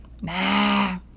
nah